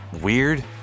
weird